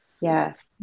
Yes